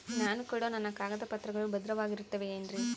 ನಾನು ಕೊಡೋ ನನ್ನ ಕಾಗದ ಪತ್ರಗಳು ಭದ್ರವಾಗಿರುತ್ತವೆ ಏನ್ರಿ?